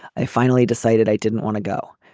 i finally decided i didn't want to go.